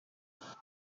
dos